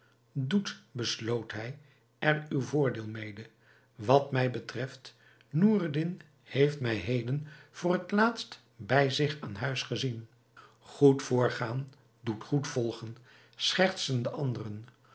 doet besloot hij er uw voordeel mede wat mij betreft noureddin heeft mij heden voor het laatst bij zich aan huis gezien goed voorgaan doet goed volgen schertsten de anderen